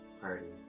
party